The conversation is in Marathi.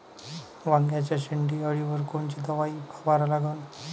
वांग्याच्या शेंडी अळीवर कोनची दवाई फवारा लागन?